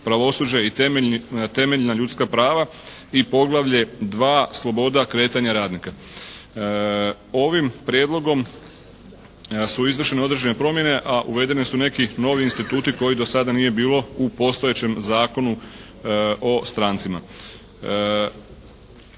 Pravosuđe i temeljna ljudska prava i poglavlje 2. Sloboda kretanja radnika. Ovim prijedlogom su izvršene određene promjene, a uvedeni su neki novi instituti kojih do sada nije bilo u postojećem Zakonu o strancima.